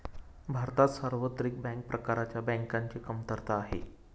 भारतात सार्वत्रिक बँक प्रकारच्या बँकांची कमतरता आहे